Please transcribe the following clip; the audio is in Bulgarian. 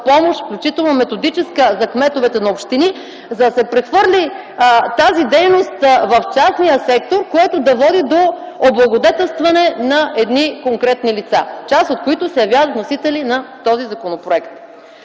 помощ, включително методическа, за кметовете на общини, за да се прехвърли тази дейност в частния сектор, което да води до облагодетелстване на едни конкретни лица, част от които се явяват вносители на този законопроект.